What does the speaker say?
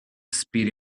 speedy